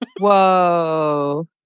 Whoa